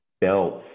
belts